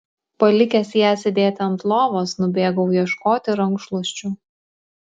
palikęs ją sėdėti ant lovos nubėgau ieškoti rankšluosčių